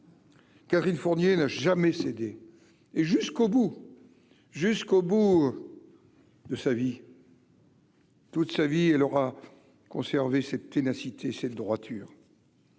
Catherine Fournier n'a jamais cédé et jusqu'au bout, jusqu'au bout de sa vie. Toute sa vie, elle aura conservé cette ténacité cette droiture.